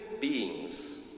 beings